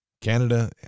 Canada